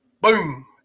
boom